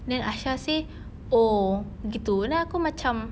then aisha say oh gitu then aku macam